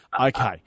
Okay